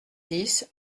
dix